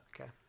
okay